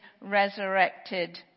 resurrected